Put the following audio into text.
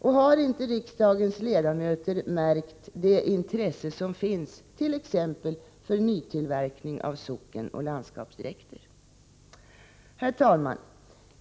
Och har inte riksdagens ledamöter märkt det intresse som finns t.ex. för nytillverkning av sockenoch landskapsdräkter? Herr talman!